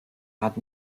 rat